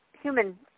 human